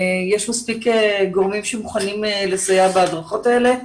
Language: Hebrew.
יש מספיק גורמים שמוכנים לסייע בהדרכות האלה.